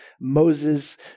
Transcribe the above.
Moses